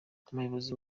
umuyobozi